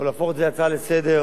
או להפוך את זה להצעה לסדר-היום.